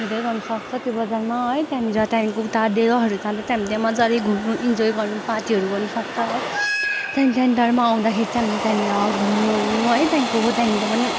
धेरै गर्नुसक्छ त्यो बजारमा है त्यहाँनिर त्यहाँनिरदेखिको उता डेलोहरू जाँदा चाहिँ त्यहाँ मजाले घुम्नु इन्जोय गर्नु पार्टीहरू गर्नुसक्छ है त्यहाँदेखि सेन्टरमा आउँदाखेरि चाहिँ हामीले त्यहाँनिर घुम्नु ओर्नु है त्यहाँदेखिको त्यहाँनिर पनि